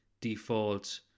default